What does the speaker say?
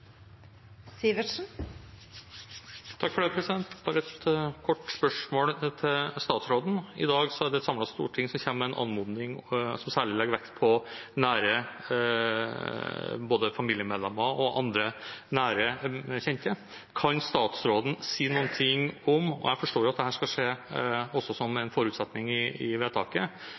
åpnes for replikkordskifte. Bare et kort spørsmål til statsråden: I dag er det et samlet storting som kommer med en anmodning som særlig legger vekt på «nær familie» og andre nære kjente. Jeg forstår at dette skal skje – også som en forutsetning i vedtaket